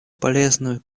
полезную